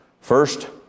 First